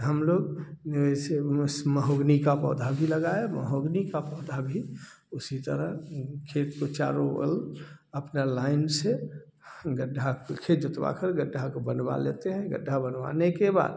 हम लोग ऐसे महोवनी का पौधा भी लगाए और महोवनी का पौधा भी उसी तरह खेत को चारों बगल अपना लाइन से गड्ढा खेत जोतवा कर गड्ढा को बनवा लेते हैं गड्ढा बनवाने के बाद